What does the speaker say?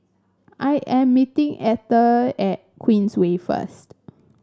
I am meeting Etter at Queensway first